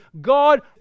God